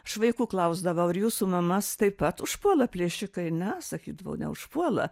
aš vaikų klausdavau ar jūsų mamas taip pat užpuola plėšikai ne sakydavo neužpuola